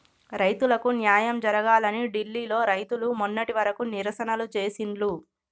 రైతులకు న్యాయం జరగాలని ఢిల్లీ లో రైతులు మొన్నటి వరకు నిరసనలు చేసిండ్లు